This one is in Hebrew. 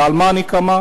ועל מה נקמה?